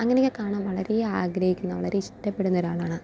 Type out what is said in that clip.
അങ്ങനെ ഞാൻ കാണാൻ വളരെ ആഗ്രഹിക്കുന്ന വളരെ ഇഷ്ടപ്പെടുന്ന ഒരാളാണ്